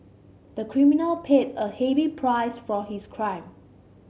the criminal paid a heavy price for his crime